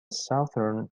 southern